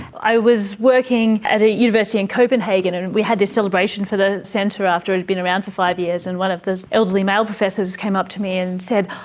i was working at a university in copenhagen and we had this celebration for the centre after it had been around for five years, and one of the elderly male professors came up to me and said,